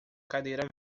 cadeira